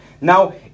Now